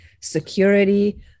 security